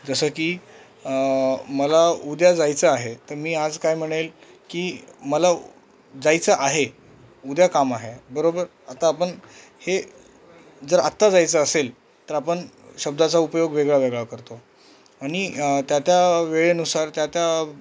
जसं की मला उद्या जायचं आहे तर मी आज काय म्हणेल की मला जायचं आहे उद्या काम आहे बरोबर आता आपण हे जर आत्ता जायचं असेल तर आपण शब्दाचा उपयोग वेगळा वेगळा करतो आणि त्या त्या वेळेनुसार त्या त्या